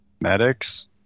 Medics